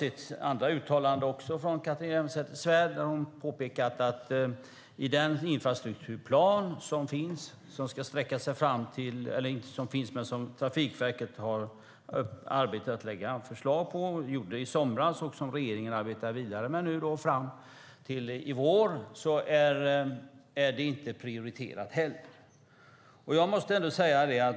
I andra sammanhang har hon påpekat att i den infrastrukturplan som Trafikverket arbetat fram - det lades fram förslag i somras - och som regeringen nu arbetar vidare med fram till i vår är den inte heller prioriterad.